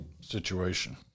situation